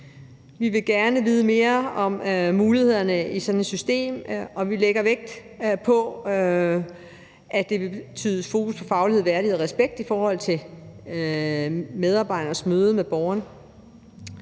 Vi vil gerne vide mere om mulighederne i sådan et system, og vi lægger vægt på, at det vil betyde et fokus på faglighed, værdighed og respekt i medarbejdernes møde med borgeren.